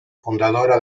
fundadora